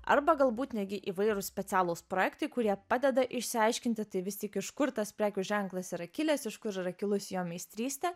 arba galbūt netgi įvairūs specialūs projektai kurie padeda išsiaiškinti tai vis tik iš kur tas prekių ženklas yra kilęs iš kur yra kilusi jo meistrystė